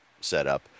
setup